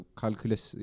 calculus